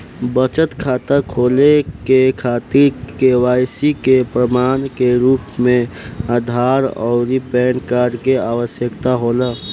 बचत खाता खोले के खातिर केवाइसी के प्रमाण के रूप में आधार आउर पैन कार्ड के आवश्यकता होला